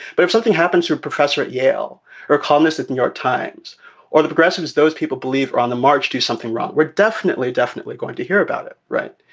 but if something happens to professor at yale or a columnist at new york times or the progressives, those people believe on the march, do something wrong, we're definitely definitely going to hear about it. right.